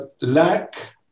lack